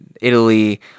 Italy